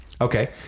Okay